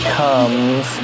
comes